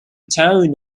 town